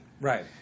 Right